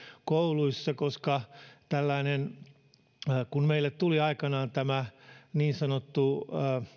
kouluissa koska kun meille tuli aikanaan koulutuksessa tällainen niin sanottu